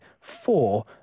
four